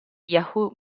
yahoo